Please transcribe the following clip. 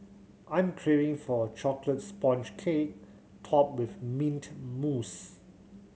I'm craving for a chocolate sponge cake topped with mint mousse